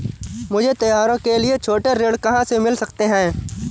मुझे त्योहारों के लिए छोटे ऋण कहाँ से मिल सकते हैं?